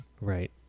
Right